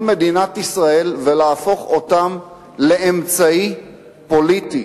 מדינת ישראל ולהפוך אותם לאמצעי פוליטי.